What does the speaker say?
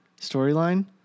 storyline